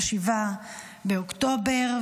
ב-7 באוקטובר,